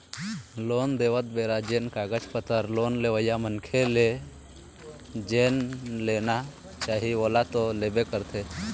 loan देवत बेरा जेन कागज पतर लोन लेवइया मनखे ले जेन लेना चाही ओला तो लेबे करथे